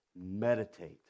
meditate